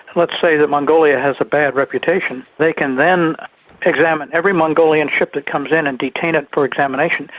let's say that mongolia has a bad reputation, they can then examine every mongolian ship that comes in and detain it for examination,